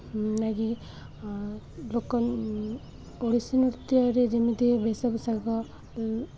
ଲାଗି ଲୋକ ଓଡ଼ିଶୀ ନୃତ୍ୟରେ ଯେମିତି ବେଶପୋଷକ